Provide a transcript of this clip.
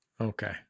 Okay